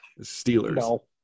Steelers